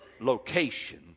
location